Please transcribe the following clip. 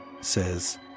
Says